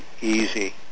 easy